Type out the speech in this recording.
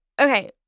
okay